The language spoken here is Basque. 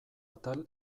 atal